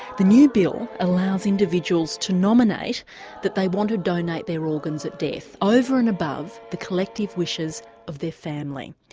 the new bill allows individuals to nominate that they want to donate their organs at death over and above the collective wishes of their family.